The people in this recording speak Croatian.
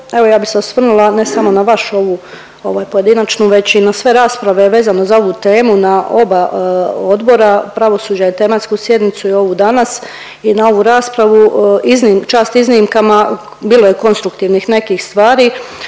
evo ja bi se osvrnula ne samo na vašu ovu pojedinačnu već i na sve rasprave vezane za ovu temu na oba odbora, pravosuđa i tematsku sjednicu i ovu danas i na ovu raspravu. Čast iznimkama bilo je konstruktivnih nekih stvari,